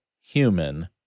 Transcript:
human